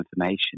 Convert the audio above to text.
information